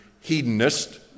hedonist